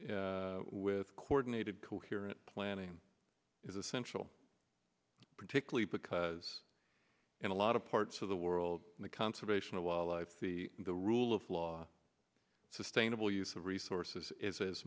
together with coordinated coherent planning is essential particularly because in a lot of parts of the world the conservation of wildlife the the rule of law sustainable use of resources is as